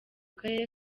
karere